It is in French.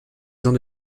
pour